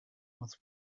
was